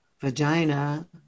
vagina